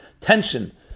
tension